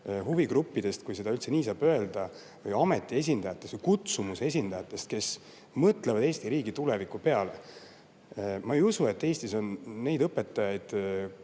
huvigruppe, kui seda nii saab öelda, või ameti esindajaid või kutsumuse esindajaid, kes mõtlevad Eesti riigi tuleviku peale. Ma ei usu, et Eestis on neid õpetajaid,